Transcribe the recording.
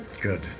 Good